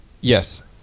yes